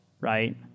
right